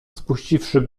spuściwszy